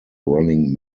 running